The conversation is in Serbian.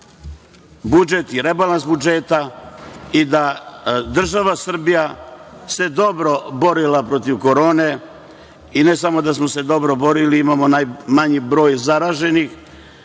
budžet i rebalans budžeta i da država Srbija se dobro borila protiv Korone, ne samo da smo se dobro borili, imamo najmanji broj zaraženih